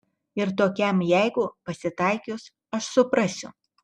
ir tokiam jeigu pasitaikius aš suprasiu